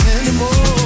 anymore